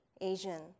Asian